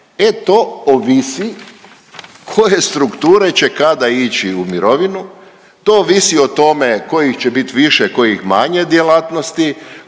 e to ovisi koje strukture će kada ići u mirovinu, to ovisi o tome kojih će biti više, kojih manje djelatnosti,